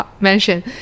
mention